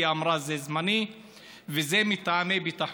כי אמרה: זה זמני וזה מטעמי ביטחון.